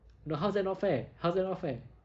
no how is that not fair how is that not fair